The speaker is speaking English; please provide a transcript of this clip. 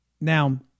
Now